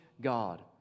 God